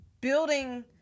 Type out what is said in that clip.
building